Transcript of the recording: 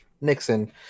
Nixon